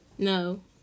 No